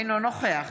אינו נוכח